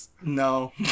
no